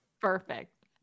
perfect